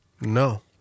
no